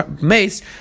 Mace